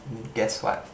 guess what